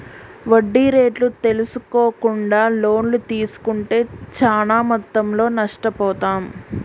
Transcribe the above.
వడ్డీ రేట్లు తెల్సుకోకుండా లోన్లు తీస్కుంటే చానా మొత్తంలో నష్టపోతాం